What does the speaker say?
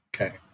Okay